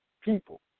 people